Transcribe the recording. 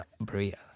Bria